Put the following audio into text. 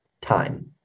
time